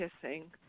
kissing